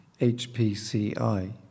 HPCI